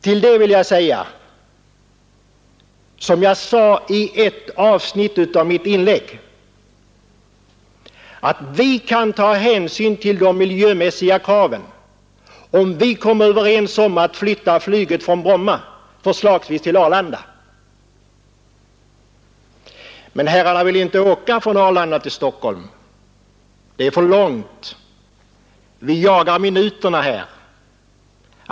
Till det vill jag säga som jag sade i ett avsnitt av mitt inlägg att vi kan ta hänsyn till de miljömässiga kraven, om vi kommer överens om att flytta flyget från Bromma, förslagsvis till Arlanda. Men herrarna vill inte åka från Arlanda till Stockholm. Det är för långt. Vi jagar minuterna här.